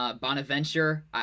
Bonaventure